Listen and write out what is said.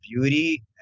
beauty